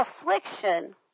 affliction